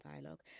dialogue